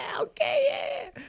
okay